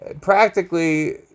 practically